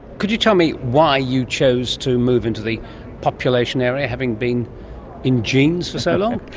could you tell me why you chose to move into the population area, having been in genes for so long?